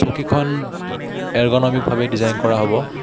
চকীখন এৰগনমিকভাৱে ডিজাইন কৰা হ'ব